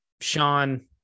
Sean